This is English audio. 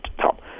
top